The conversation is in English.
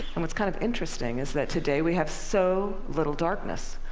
and what's kind of interesting is that today, we have so little darkness.